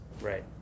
Right